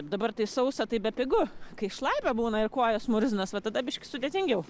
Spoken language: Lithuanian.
dabar tai sausa tai bepigu kai šlapia būna ir kojos murzinos va tada biški sudėtingiau